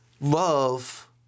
love